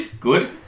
Good